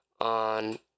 on